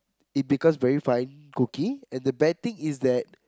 it becomes very fine cookie and the bad thing is that